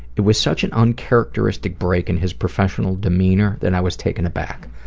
it was such an uncharacteristic break in his professional demeanor that i was taken aback.